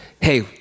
Hey